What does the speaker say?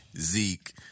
Zeke